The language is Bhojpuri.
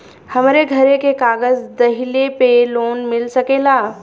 हमरे घरे के कागज दहिले पे लोन मिल सकेला?